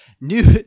New